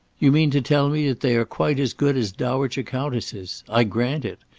you mean to tell me that they are quite as good as dowager-countesses. i grant it.